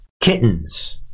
kittens